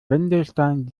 wendelstein